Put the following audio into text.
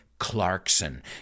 Clarkson